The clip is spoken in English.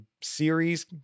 series